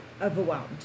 overwhelmed